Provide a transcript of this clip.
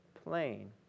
plane